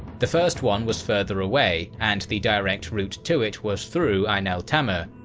the first one was further away and the direct route to it was through ain-al-tamur,